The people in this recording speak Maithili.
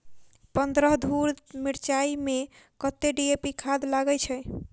पन्द्रह धूर मिर्चाई मे कत्ते डी.ए.पी खाद लगय छै?